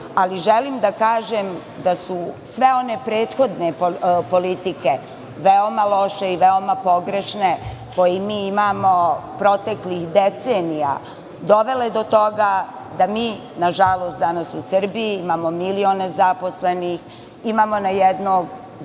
ali želim da kažem da su sve one prethodne politike veoma loše i veoma pogrešne koje mi imamo proteklih decenija, dovela je do toga da mi nažalost danas u Srbiji imamo milion nezaposlenih. Na jednog zaposlenog